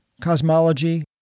cosmology